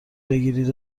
بگیرید